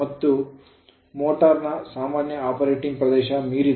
ಮತ್ತು ಮೋಟರ್ ನ ಸಾಮಾನ್ಯ ಆಪರೇಟಿಂಗ್ ಪ್ರದೇಶವನ್ನು ಮೀರಿದೆ